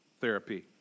therapy